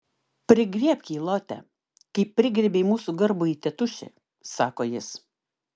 prigriebk jį lote kaip prigriebei mūsų garbųjį tėtušį sako jis